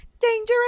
dangerous